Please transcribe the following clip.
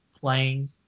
playing